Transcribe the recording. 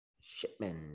shipman